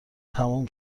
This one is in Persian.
تموم